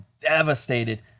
devastated